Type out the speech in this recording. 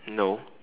no